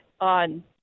on